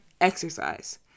exercise